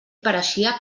pareixia